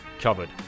covered